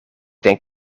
denk